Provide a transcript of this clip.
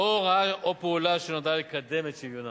או הוראה או פעולה שנועדה לקדם את שוויונן.